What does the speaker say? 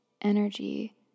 Energy